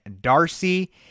Darcy